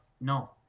no